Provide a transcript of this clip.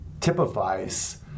typifies